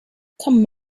come